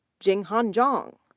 jonghan zhang,